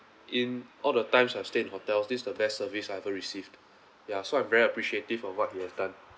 in all the times I've stayed in hotels this the best service I had ever received ya so I'm very appreciative of what you have done